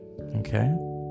Okay